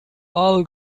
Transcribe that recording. all